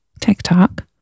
TikTok